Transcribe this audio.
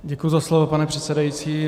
Děkuji za slovo, pane předsedající.